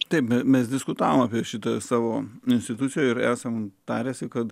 taip mes diskutavome apie šitą savo institucijoje ir esam taręsi kad